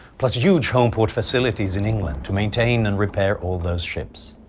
plus huge homeport facilities in england to maintain and repair all those ships.